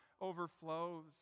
overflows